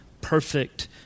perfect